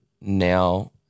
now